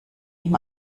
ihm